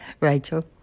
Rachel